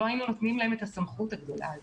לא היינו נותנים להם את הסמכות הגדולה הזו.